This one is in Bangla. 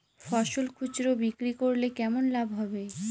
ফসল খুচরো বিক্রি করলে কেমন লাভ হবে?